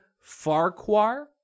Farquhar